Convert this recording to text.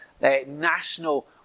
national